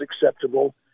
acceptable